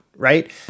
Right